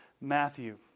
Matthew